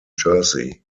jersey